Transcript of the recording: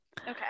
Okay